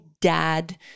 dad